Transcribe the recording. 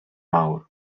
mawr